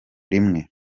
rimwe